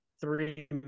three